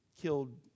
killed